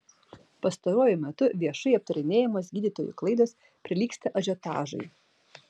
pastaruoju metu viešai aptarinėjamos gydytojų klaidos prilygsta ažiotažui